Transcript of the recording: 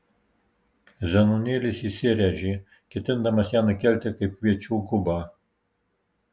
zenonėlis įsiręžė ketindamas ją nukelti kaip kviečių gubą